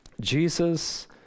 Jesus